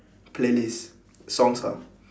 playlist songs ah